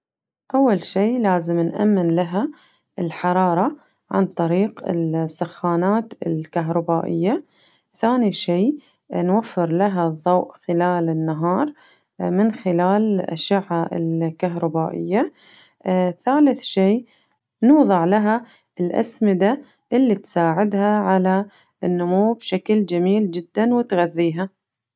أول شي لازم نأمن لها الحرارة عن طريق السخانات الكهربائية ثاني شي نوفر لها الضوء خلال النهار من خلال أشعة الكهربائية ثالث شي نوضع لها الأسمدة اللي تساعدها على النمو بشكل جميل جداً وتغذيها.